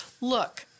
look